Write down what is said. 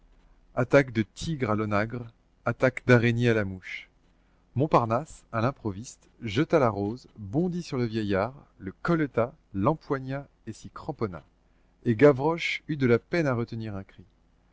attaque de tigre à l'onagre attaque d'araignée à la mouche montparnasse à l'improviste jeta la rose bondit sur le vieillard le colleta l'empoigna et s'y cramponna et gavroche eut de la peine à retenir un cri